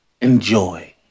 enjoy